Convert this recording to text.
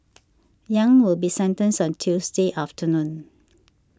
Yang will be sentenced on Tuesday afternoon